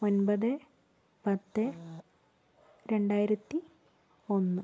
ഒൻപത് പത്ത് രണ്ടായിരത്തി ഒന്ന്